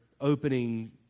opening